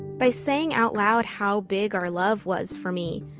by saying out loud how big our love was for me,